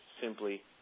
simply